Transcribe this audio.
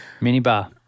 minibar